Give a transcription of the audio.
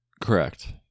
Correct